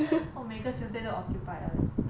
我每个 tuesday 都 occupied ah like